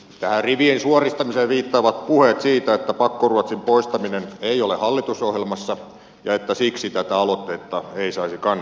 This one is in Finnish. tähän rivien suoristamiseen viittaavat puheet siitä että pakkoruotsin poistaminen ei ole hallitusohjelmassa ja että siksi tätä aloitetta ei saisi kannattaa